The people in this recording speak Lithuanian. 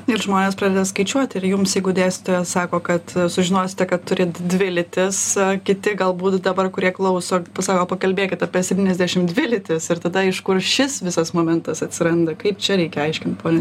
ir žmonės pradeda skaičiuoti ir jums jeigu dėstytoja sako kad sužinosite kad turit dvi lytis kiti galbūt dabar kurie klauso pasako pakalbėkit apie septyniasdešim dvi lytis ir tada iš kur šis visas momentas atsiranda kaip čia reikia aiškint pone